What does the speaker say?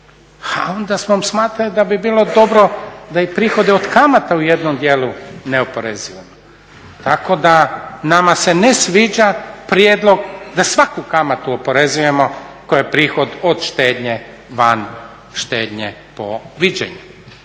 onda smo smatrali da bi bilo dobro da i prihode od kamata u jednom dijelu ne oporezujemo. Tako da nama se ne sviđa prijedlog da svaku kamatu oporezujemo koja je prihod od štednje van štednje po viđenju.